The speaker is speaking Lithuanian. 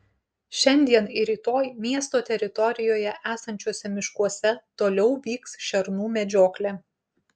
šiandien ir rytoj miesto teritorijoje esančiuose miškuose toliau vyks šernų medžioklė